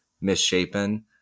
misshapen